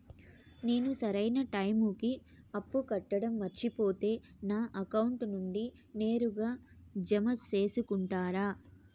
నేను సరైన టైముకి అప్పు కట్టడం మర్చిపోతే నా అకౌంట్ నుండి నేరుగా జామ సేసుకుంటారా?